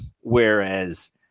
whereas